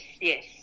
yes